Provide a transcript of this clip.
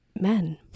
men